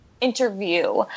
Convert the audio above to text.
interview